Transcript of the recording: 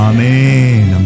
Amen